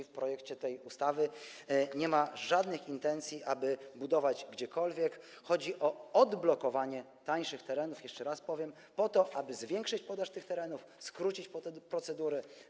W projekcie tej ustawy nie ma uwzględnionych żadnych intencji, aby budować gdziekolwiek, chodzi o odblokowanie tańszych terenów, jeszcze raz powiem, po to, aby zwiększyć podaż tych terenów, skrócić procedury.